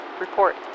Report